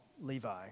Levi